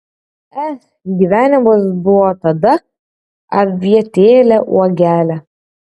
ech gyvenimas buvo tada avietėle uogele